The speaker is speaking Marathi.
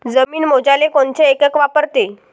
जमीन मोजाले कोनचं एकक वापरते?